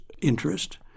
interest